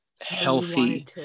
healthy